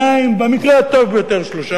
במקרה הטוב ביותר 3 מיליארד שקלים.